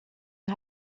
you